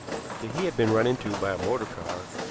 that he had been run into by a motor car,